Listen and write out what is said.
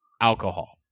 alcohol